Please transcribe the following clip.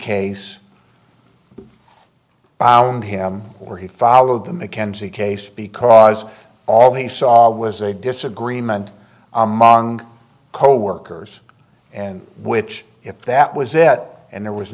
found him or he followed the mackenzie case because all he saw was a disagreement among coworkers and which if that was it and there was